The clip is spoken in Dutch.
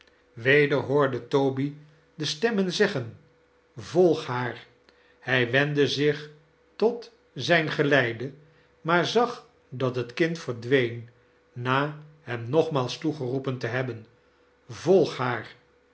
weder hoorde toby de stemmen zeggen volg haar hij wendde zich tot zijn geleide maar zag dat het kind verdween na hem nogmaals toegeiroepen te hebben vo haar